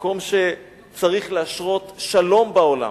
מקום שצריך להשרות שלום בעולם.